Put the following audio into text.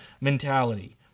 mentality